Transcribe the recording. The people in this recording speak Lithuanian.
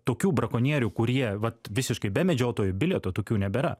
tokių brakonierių kurie vat visiškai be medžiotojo bilieto tokių nebėra